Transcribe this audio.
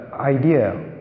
idea